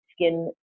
skin